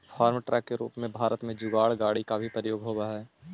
farm truck के रूप में भारत में जुगाड़ गाड़ि के भी प्रयोग होवऽ हई